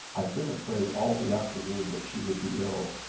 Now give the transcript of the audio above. i've been afraid all the afternoon that she would be ill,